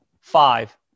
Five